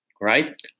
right